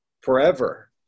forever